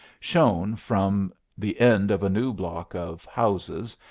shone from the end of a new block of houses,